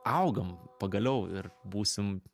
augam pagaliau ir būsim